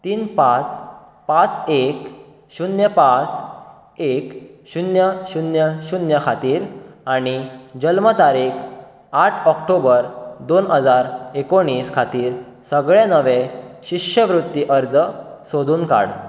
तीन पांच पांच एक शुन्य पांच एक शुन्य शुन्य शुन्य खातीर आनी जल्म तारीक आठ ऑक्टोबर दोन हजार एकोणीस खातीर सगळें नवें शिश्यवृत्ती अर्ज सोदून काड